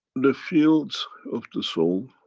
the fields of the soul,